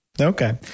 Okay